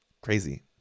Crazy